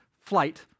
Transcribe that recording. flight